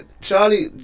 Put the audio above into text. Charlie